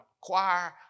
choir